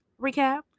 recap